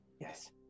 Yes